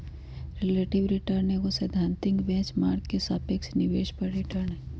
relative return एगो सैद्धांतिक benchmark के सापेक्ष निवेश पर रिटर्न हइ